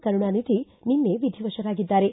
ಕರುಣಾನಿಧಿ ನಿನ್ನೆ ವಿಧಿವಶರಾಗಿದ್ದಾರೆ